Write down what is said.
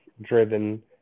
driven